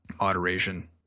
moderation